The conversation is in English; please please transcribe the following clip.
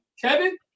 Kevin